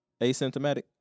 Asymptomatic